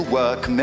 work